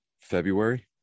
february